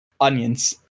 Onions